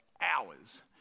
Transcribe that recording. hours